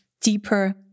deeper